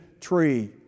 tree